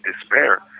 despair